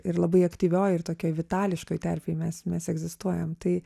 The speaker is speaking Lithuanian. ir labai aktyvioj ir tokioj vitališkoj terpėj mes mes egzistuojam tai